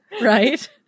right